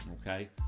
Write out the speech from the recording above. okay